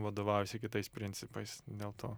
vadovaujasi kitais principais dėl to